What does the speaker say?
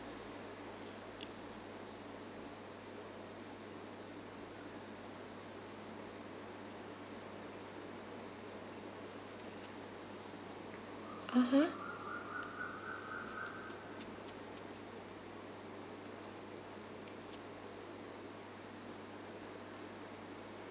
(uh huh)